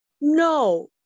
No